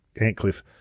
Antcliffe